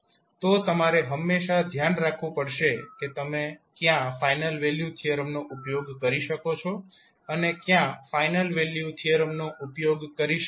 તો તમારે હંમેશા ધ્યાનમાં રાખવું પડશે કે તમે ક્યાં ફાઇનલ વેલ્યુ થીયરમનો ઉપયોગ કરી શકો છો અને ક્યાં ફાઇનલ વેલ્યુ થીયરમનો ઉપયોગ કરી શકતા નથી